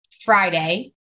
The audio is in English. Friday